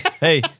Hey